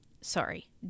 Sorry